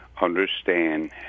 understand